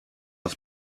auf